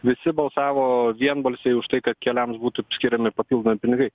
visi balsavo vienbalsiai už tai kad keliams būtų skiriami papildomi pinigai